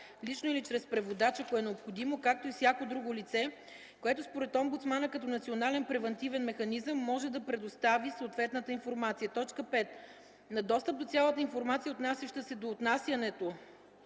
лично или чрез преводач, ако е необходимо, както и с всяко друго лице, което според омбудсмана като Национален превантивен механизъм може да предостави съответната информация; 5. на достъп до цялата информация, отнасяща се до отнасянето